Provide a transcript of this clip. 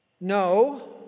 No